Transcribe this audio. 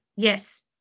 Yes